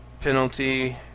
penalty